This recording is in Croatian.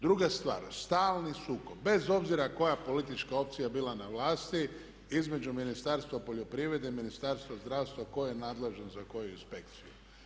Druga stvar, stalni sukob bez obzira koja politička opcija bila na vlasti između Ministarstva poljoprivrede i Ministarstva zdravstva tko je nadležan za koju inspekciju.